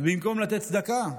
במקום לתת צדקה,